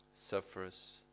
suffers